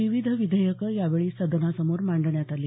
विविध विधेयकं यावेळी सदनासमोर मांडण्यात आली